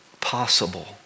possible